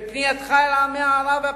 בפנייתך אל עמי ערב הפלסטינים,